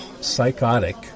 psychotic